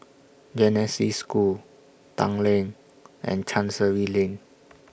Genesis School Tanglin and Chancery Lane